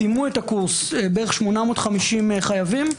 סיימו את הקורס כ-850 חייבים.